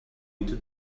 into